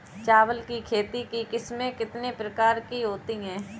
चावल की खेती की किस्में कितने प्रकार की होती हैं?